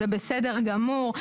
זה בסדר גמור.